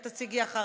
את תציגי אחריו,